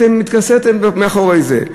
אתם התכסיתם מאחורי זה.